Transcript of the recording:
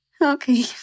Okay